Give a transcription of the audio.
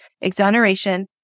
exoneration